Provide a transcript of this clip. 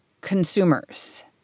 consumers